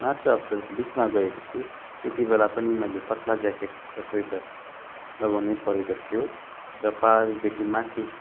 March अप्रेलको बिचमा गएको थिएँ त्यति बेला पनि मैले पत्ला ज्याकेट र स्वेटर लगाउनै परेको थियो र पारोदेखि माथि